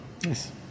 yes